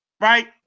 right